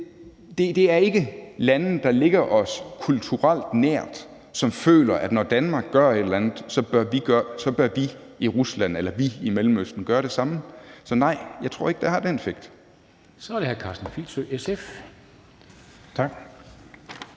Det er ikke lande, der ligger os kulturelt nær, og de føler ikke, at når Danmark gør et eller andet, så bør de i Rusland eller i Mellemøsten gøre det samme. Så nej, jeg tror ikke, det har den effekt. Kl. 11:24 Formanden (Henrik Dam